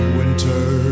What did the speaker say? winter